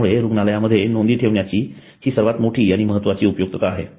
त्यामुळ रुग्णालयामध्ये नोंदी ठेवण्याची ही सर्वात मोठी आणि महत्त्वाची उपयुक्तता आहे